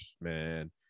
man